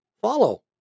follow